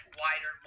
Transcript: wider